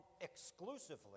exclusively